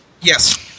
Yes